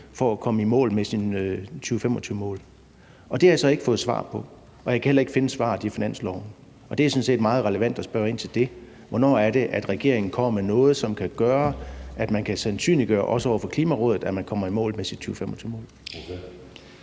for at komme i mål med sine 2025-mål, og det har jeg så ikke fået svar på, og jeg kan heller ikke finde svaret i finansloven. Det er sådan set meget relevant at spørge ind til det. Hvornår er det, regeringen kommer med noget, som kan gøre, at man kan sandsynliggøre, også over for Klimarådet, at man kommer i mål med sine 2025-mål?